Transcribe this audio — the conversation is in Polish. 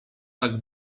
tak